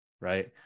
right